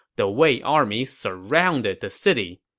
the wei army surrounded the city.